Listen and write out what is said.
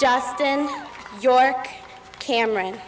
justin york cameron